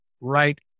Right